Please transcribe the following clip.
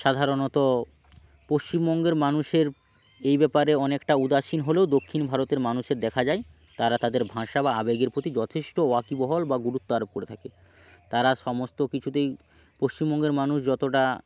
সাধারণত পশ্চিমবঙ্গের মানুষের এই ব্যাপারে অনেকটা উদাসীন হলেও দক্ষিণ ভারতের মানুষের দেখা যায় তারা তাদের ভাষা বা আবেগের প্রতি যথেষ্ট ওয়াকিবহল বা গুরুত্ব আরোপ করে থাকে তারা সমস্ত কিছুতেই পশ্চিমবঙ্গের মানুষ যতোটা